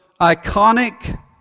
iconic